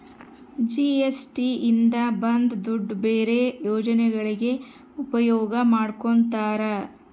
GST ಇಂದ ಬಂದ್ ದುಡ್ಡು ಬೇರೆ ಯೋಜನೆಗಳಿಗೆ ಉಪಯೋಗ ಮಾಡ್ಕೋತರ